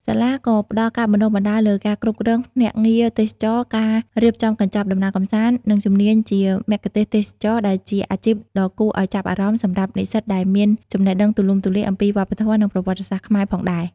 សាលាក៏ផ្ដល់ការបណ្តុះបណ្តាលលើការគ្រប់គ្រងភ្នាក់ងារទេសចរណ៍ ការរៀបចំកញ្ចប់ដំណើរកម្សាន្ត និងជំនាញជា មគ្គុទ្ទេសក៍ទេសចរណ៍ ដែលជាអាជីពដ៏គួរឱ្យចាប់អារម្មណ៍សម្រាប់និស្សិតដែលមានចំណេះដឹងទូលំទូលាយអំពីវប្បធម៌ និងប្រវត្តិសាស្ត្រខ្មែរផងដែរ។